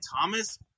Thomas